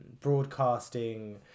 broadcasting